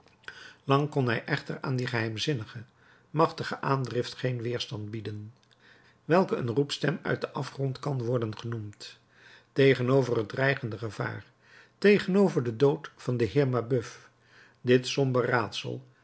lang kon hij echter aan die geheimzinnige machtige aandrift geen weerstand bieden welke een roepstem uit den afgrond kan worden genoemd tegenover het dreigend gevaar tegenover den dood van den heer mabeuf dit somber raadsel